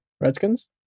Redskins